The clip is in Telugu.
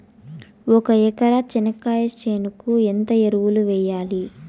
ఒక ఎకరా చెనక్కాయ చేనుకు ఎంత ఎరువులు వెయ్యాలి?